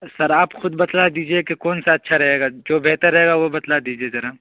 سر آپ خود بتلا دیجیے کہ کون سا اچھا رہے گا جو بہتر رہے گا وہ بتلا دیجیے ذرا